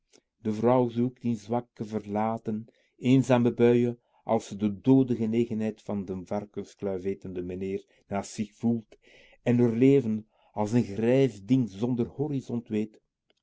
de vrouw zoekt in zwakke verlaten eenzame buien als ze de doode genegenheid van den varkenskluif etenden meneer naast zich voelt en r leven als n grijs ding zonder